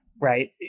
Right